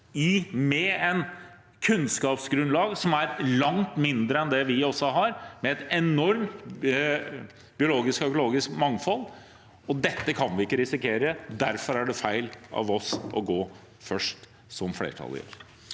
med et kunnskapsgrunnlag som er langt mindre enn det vi har, og med et enormt biologisk og økologisk mangfold. Dette kan vi ikke risikere, og derfor er det feil av oss å gå først, som flertallet gjør.